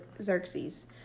Xerxes